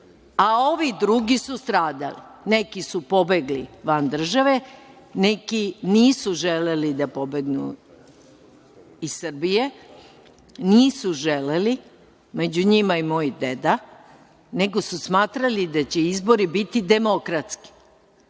a ovi drugi su stradali. Neki su pobegli van države, neki nisu želeli da pobegnu iz Srbije. Nisu želeli. Među njima je i moj deda, nego su smatrali da će izbori biti demokratski.